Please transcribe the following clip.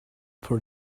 from